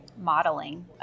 modeling